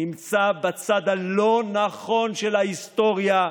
נמצא בצד הלא-נכון של ההיסטוריה,